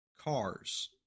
cars